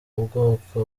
ubwoko